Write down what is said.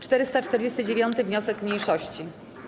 449. wniosek mniejszości.